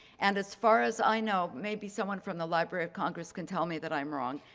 and as far as i know, maybe someone from the library of congress can tell me that i'm wrong.